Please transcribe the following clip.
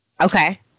Okay